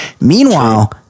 Meanwhile